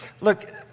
Look